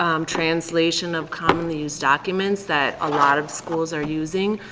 um translation of commonly used documents that a lot of schools are using